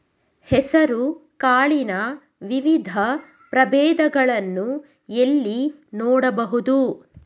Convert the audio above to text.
ಹೆಸರು ಕಾಳಿನ ವಿವಿಧ ಪ್ರಭೇದಗಳನ್ನು ಎಲ್ಲಿ ನೋಡಬಹುದು?